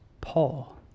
Paul